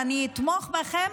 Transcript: ואני אתמוך בכם